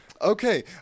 Okay